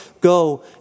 go